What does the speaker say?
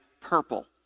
purple